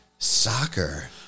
Soccer